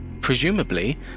presumably